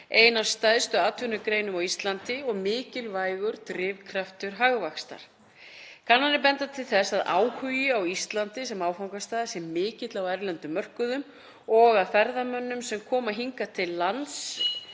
ein af stærstu atvinnugreinunum á Íslandi og mikilvægur drifkraftur hagvaxtar. Kannanir benda til þess að áhugi á Íslandi sem áfangastað sé mikill á erlendum mörkuðum og að ferðamönnum sem koma hingað til lands